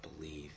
believe